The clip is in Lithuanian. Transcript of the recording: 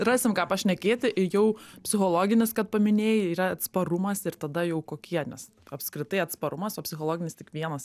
rasim ką pašnekėti ir jau psichologinis kad paminėjai yra atsparumas ir tada jau kokie nes apskritai atsparumas o psichologinis tik vienas